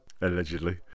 allegedly